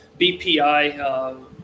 BPI